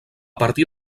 partir